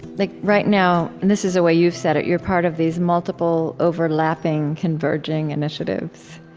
like right now and this is a way you've said it you're part of these multiple, overlapping, converging initiatives,